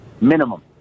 Minimum